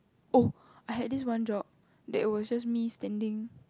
oh I had this one job that was just me standing